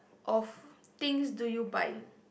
of things do you buy